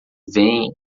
vem